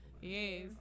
Yes